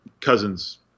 Cousins